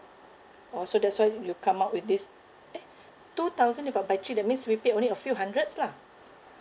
orh so that's why you come up with this eh two thousand divided by three that means we pay only a few hundreds lah